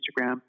Instagram